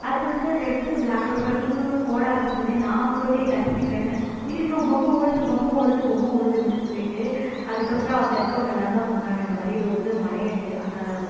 அது வந்து red with black கலரில் இருந்து குடு குடுன்னு ஓட ஆரம்பிச்சோடனே நான் போயிட்டு கத்திக்கிட்டு இருந்தேன் அய்யயோ பொம்மை ஓடுது பொம்மை ஓடுது பொம்மை ஓடுது அப்படின்னு சொல்லிட்டு அதுக்கப்புறம் அங்கே இருக்கிறவங்க எல்லாந்தான் சொன்னாங்க இந்த மாதிரி இது வந்து மலை அணில் அந்த